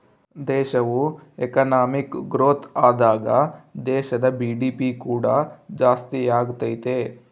ದೇಶವು economic growth ಆದಾಗ ದೇಶದ ಜಿ.ಡಿ.ಪಿ ಕೂಡ ಜಾಸ್ತಿಯಾಗತೈತೆ